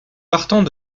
partant